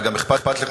וגם אכפת לך,